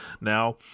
Now